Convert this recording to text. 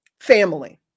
Family